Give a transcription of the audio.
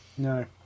No